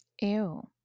Ew